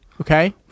Okay